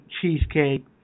cheesecake